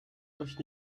euch